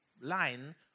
line